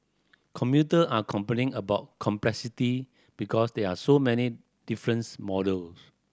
commuter are complaining about complexity because there are so many different model